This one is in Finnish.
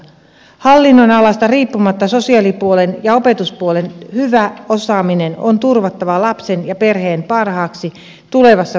hallinnonalasta riippumatta sosiaalipuolen ja opetuspuolen hyvä osaaminen on turvattava lapsen ja perheen parhaaksi tulevassa varhaiskasvatuslaissa